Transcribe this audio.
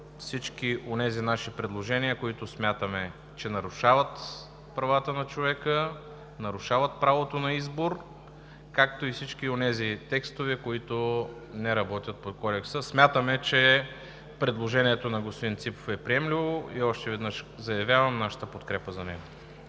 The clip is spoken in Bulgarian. всички онези наши предложения, които смятаме, че нарушават правата на човека, нарушават правото на избор, както и всички онези текстове, които не работят по Кодекса. Смятаме, че предложението на господин Ципов е приемливо и още веднъж заявявам нашата подкрепа за него.